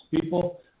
people